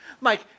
Mike